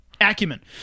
Acumen